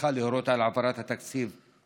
1. האם בכוונת משרדך להורות על העברת התקציב לרשויות?